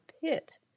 pit